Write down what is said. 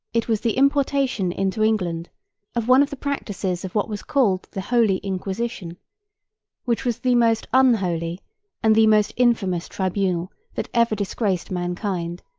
it was the importation into england of one of the practices of what was called the holy inquisition which was the most un holy and the most infamous tribunal that ever disgraced mankind,